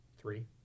three